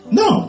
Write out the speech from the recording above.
no